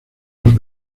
dos